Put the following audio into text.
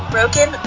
Broken